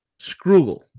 Scroogle